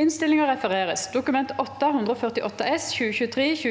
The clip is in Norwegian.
Innstilling fra helse- og omsorgskomiteen om